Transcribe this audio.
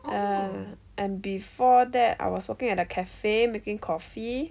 um and before that I was working at a cafe making coffee